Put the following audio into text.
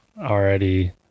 already